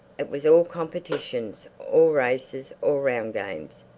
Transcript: it was all competitions or races or round games.